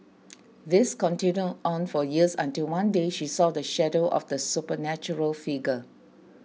this continued on for years until one day she saw the shadow of the supernatural figure